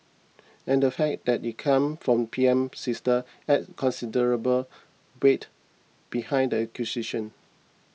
and the fact that it come from PM's sister added considerable weight behind the accusation